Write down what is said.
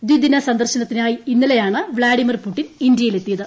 ദ്വിദിന സന്ദർശനത്തിനായി ഇന്നലെയാണ് വ്ളാഡിമർ പുടിൻ ഇന്ത്യയിലെത്തിയത്